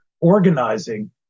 organizing